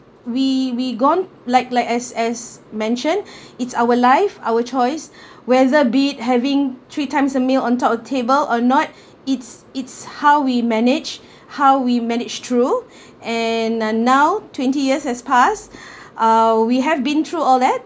we we gone like like as as mentioned it's our life our choice whether be it having three times a meal on top of table or not it's it's how we manage how we manage through and uh now twenty years has passed uh we have been through all that